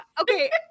okay